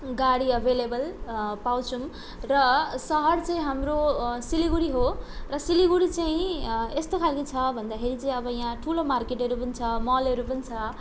गाडी एभाइलेबल पाउँछौँ र सहर चाहिँ हाम्रो सिलगढी हो र सिलगढी चाहिँ यस्तो खालको छ भन्दाखेरि चाहिँ अब यहाँ ठुलो मार्केटहरू पनि छ मलहरू पनि छ